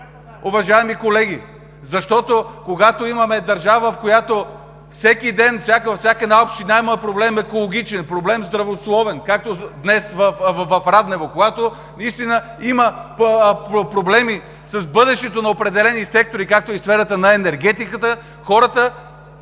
ДРАГОМИР СТОЙНЕВ: Защото когато имаме държава, в която всеки ден всяка една община има проблем екологичен, проблем здравословен, както е днес в Раднево, когато наистина има проблеми с бъдещето на определени сектори, както е в сферата на енергетиката, хората